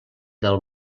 del